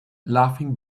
laughing